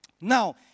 Now